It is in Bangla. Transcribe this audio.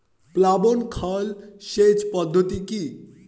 প্লাবন খাল সেচ পদ্ধতি কি?